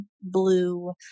blue